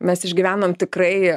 mes išgyvenom tikrai